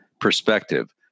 perspective